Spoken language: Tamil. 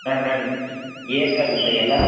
மேம் மேம் ஏற்காட்டில் இருக்க எல்லா